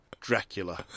Dracula